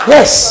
Yes